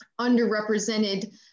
underrepresented